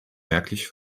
merklich